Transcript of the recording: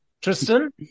Tristan